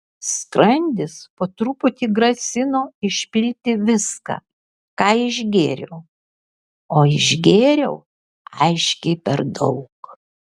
skrandis po truputį grasino išpilti viską ką išgėriau o išgėriau aiškiai per daug